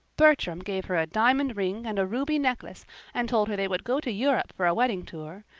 bertram gave her a diamond ring and a ruby necklace and told her they would go to europe for a wedding tour,